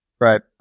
Right